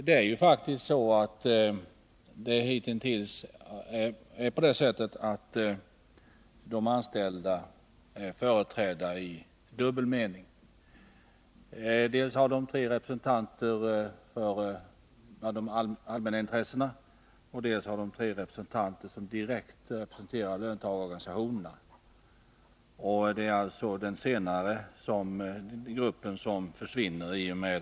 Det är faktiskt så, att de anställda hitintills har varit företrädda i dubbel mening. Dels har de tre personer som representerar de allmänna intressena, dels har de tre som direkt representerar löntagarorganisationerna. Det är alltså den senare representationen som föreslås försvinna.